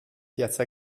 piazza